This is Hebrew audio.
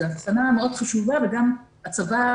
זו הקצנה מאוד חשובה וגם הצבא,